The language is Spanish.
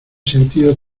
sentido